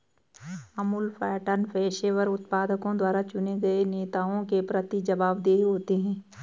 Amul pattern पेशेवर उत्पादकों द्वारा चुने गए नेताओं के प्रति जवाबदेह होते हैं